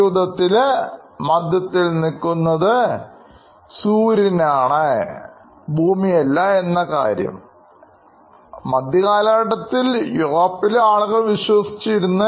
യൂറോപ്പിൽ അങ്ങനെയാണ് മധ്യകാലഘട്ടത്തിലെ ആളുകൾ വിശ്വസിച്ചു കൊണ്ടിരുന്നത്